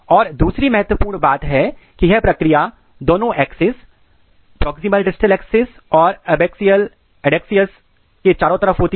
और दूसरी महत्वपूर्ण बात है कि यह प्रक्रिया दोनों एक्सेस प्रॉक्सिमल डिस्टल एक्सेस और एबाक्सिअल एडैक्सिय के चारों तरफ होती हैं